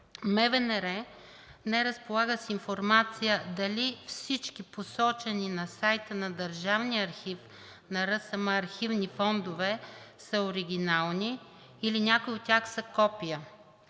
МВнР не разполага с информация дали всички посочени на сайта на Държавния архив на РСМ архивни фондове са оригинални, или някои от тях са копия,